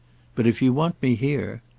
but if you want me here!